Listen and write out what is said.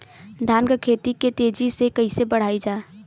धान क खेती के तेजी से कइसे बढ़ाई?